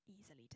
easily